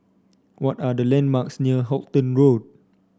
what are the landmarks near Halton Road